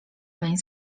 weń